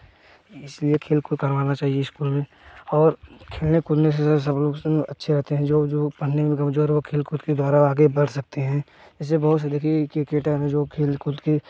इसलिए खेल कूद करवाना चाहिए स्कूल में और खेलने कूदने से सब लोग अच्छे रहते हैं जो जो पढ़ने में कमज़ोर हैं वे खेल कूद के द्वारा आगे बढ़ सकते हैं जैसे बहुत से देखिए क्रिकेटर हैं जो खेल कूद के